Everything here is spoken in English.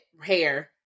hair